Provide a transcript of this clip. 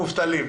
כמובטלים.